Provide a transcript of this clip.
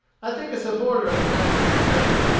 i think, a supporter of the united states bank.